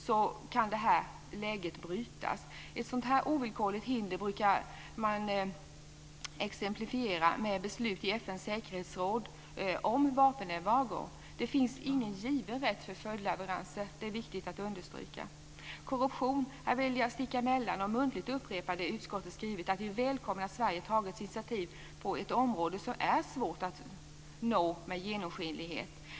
Som exempel på ett sådant ovillkorligt hinder brukar man nämna ett beslut i FN:s säkerhetsråd om vapenembargo. Det finns ingen given rätt till följdleveranser, det är viktigt att understryka. I fråga om korruption vill jag sticka emellan och muntligt upprepa det utskottet skrivit, att vi välkomnar att Sverige tagit initiativ på ett område som är svårt att nå med genomskinlighet.